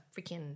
freaking